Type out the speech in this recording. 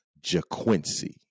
JaQuincy